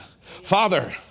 Father